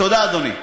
תודה, אדוני.